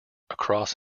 across